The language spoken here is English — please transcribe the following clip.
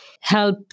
help